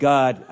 God